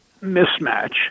mismatch